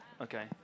Okay